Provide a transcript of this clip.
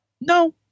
No